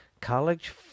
college